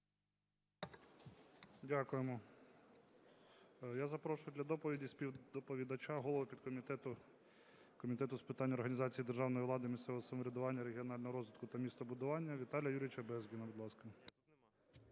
Дякуємо. Я запрошую для доповіді співдоповідача, голову підкомітету Комітету з питань організації державної влади, місцевого самоврядування, регіонального розвитку та містобудування Віталія Юрійовича Безгіна. Будь ласка.